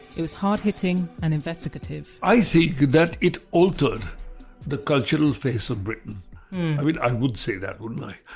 it was hard hitting and investigative i think that it altered the cultural face of britain i mean i would say that wouldn't i.